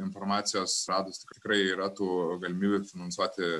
informacijos radus tikrai yra tų galimybių finansuoti